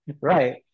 Right